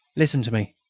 listen to me.